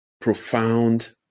profound